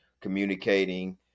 communicating